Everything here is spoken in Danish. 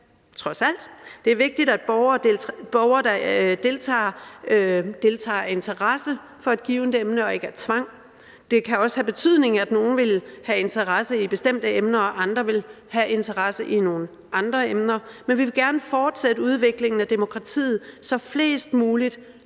trods alt. Det er vigtigt, at borgere, der deltager, deltager af interesse for et givet emne og ikke af tvang. Det kan også have betydning, at nogle vil have interesse i bestemte emner, og andre vil have interesse i nogle andre emner, men vi vil gerne fortsætte udviklingen af demokratiet, så flest muligt